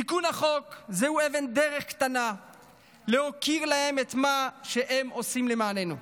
תיקון החוק הוא אבן דרך קטנה להוקיר את מה שהם עושים למעננו.